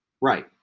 right